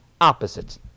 opposites